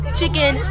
chicken